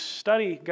study